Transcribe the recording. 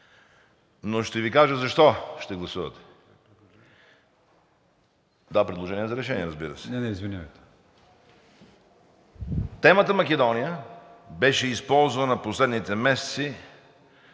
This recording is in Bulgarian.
но ще Ви кажа защо ще гласувате това предложение за решение, разбира се. Темата „Македония“ беше използвана в последните месеци